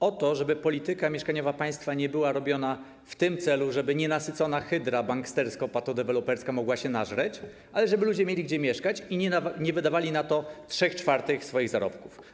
O to, żeby polityka mieszkaniowa państwa nie była robiona w tym celu, żeby nienasycona hydra bankstersko-patodeweloperska mogła się nażreć, ale żeby ludzie mieli gdzie mieszkać i nie wydawali na to 3/4 swoich zarobków.